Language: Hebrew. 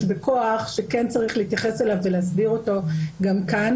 בכוח שכן צריך להתייחס אליו ולהסביר אותו גם כאן.